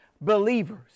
believers